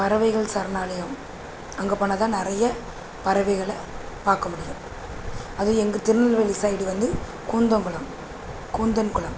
பறவைகள் சரணாலயம் அங்கே போனால்தான் நிறைய பறவைகளை பார்க்க முடியும் அதுவும் எங்கள் திருநெல்வேலி சைடு வந்து கூந்தன்குளம் கூந்தன்குளம்